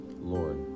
Lord